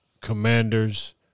commanders